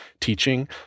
teaching